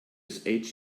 this